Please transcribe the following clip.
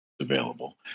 available